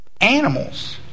animals